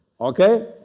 Okay